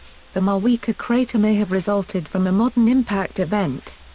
the mahuika crater may have resulted from a modern impact event.